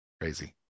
Crazy